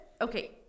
okay